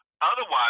Otherwise